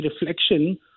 reflection